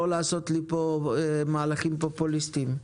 לא לעשות לי פה מהלכים פופוליסטים.